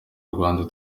rwanda